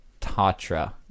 Tatra